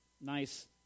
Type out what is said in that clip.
nice